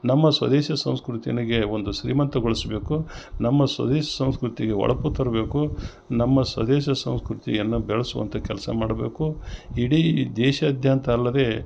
ನಮ್ಮ ಸ್ವದೇಶಿ ಸಂಸ್ಕೃತಿ ಎನಗೆ ಒಂದು ಶ್ರೀಮಂತಗೊಳಿಸಬೇಕು ನಮ್ಮ ಸ್ವದೇಶಿ ಸಂಸ್ಕೃತಿಗೆ ಹೊಳಪು ತರಬೇಕು ನಮ್ಮ ಸ್ವದೇಶಿ ಸಂಸ್ಕೃತಿಯನ್ನ ಬೆಳ್ಸುವಂಥ ಕೆಲಸ ಮಾಡಬೇಕು ಇಡೀ ದೇಶದಾದ್ಯಂತ ಅಲ್ಲದೆ